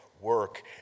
work